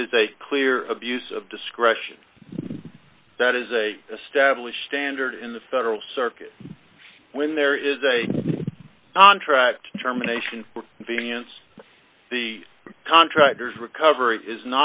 it is a clear abuse of discretion that is a established standard in the federal circuit when there is a contract determination variance the contractor's recovery is